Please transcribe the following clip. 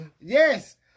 Yes